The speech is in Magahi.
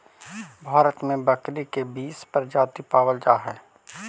भारत में बकरी के बीस प्रजाति पावल जा हइ